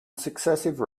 successive